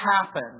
happen